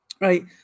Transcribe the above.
right